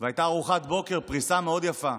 והייתה ארוחת בוקר, פריסה מאוד יפה,